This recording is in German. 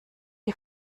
die